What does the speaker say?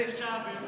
באיזו שעה בערך?